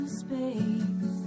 space